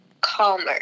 calmer